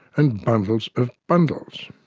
and bundles of bundles.